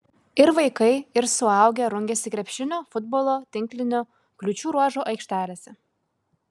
ir vaikai ir suaugę rungėsi krepšinio futbolo tinklinio kliūčių ruožo aikštelėse